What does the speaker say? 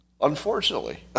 Unfortunately